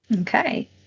Okay